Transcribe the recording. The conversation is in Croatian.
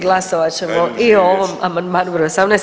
Glasovat ćemo i o ovom amandmanu br. 18.